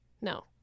No